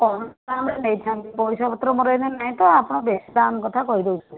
କମ୍ ଦାମ୍ରେ ନେଇଥାନ୍ତି ପଇସାପତ୍ର ମୋର ଏଇନା ନାହିଁ ତ ଆପଣ ବେଶୀ ଦାମ୍ କଥା କହି ଦେଉଛନ୍ତି